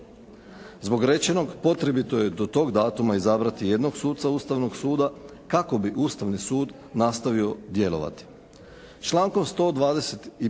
Zbog rečeno potrebito je do tog datuma izabrati jednog suca Ustavnog suda kako bi Ustavni sud nastavio djelovati.